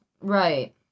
Right